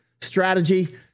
strategy